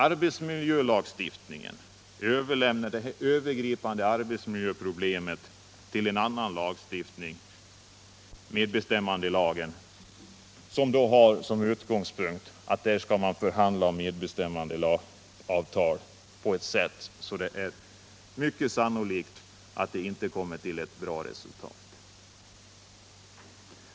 Arbetsmiljölagstiftningen överlämnar de övergripande arbetsmiljöfrågorna till en annan lagstiftning - medbestämmandelagen — som har som utgångspunkt att man skall förhandla om medbestämmandeavtal på ett sätt som sannolikt inte leder till några bra resultat.